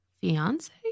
fiance